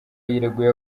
yireguye